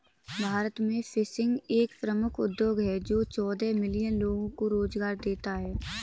भारत में फिशिंग एक प्रमुख उद्योग है जो चौदह मिलियन लोगों को रोजगार देता है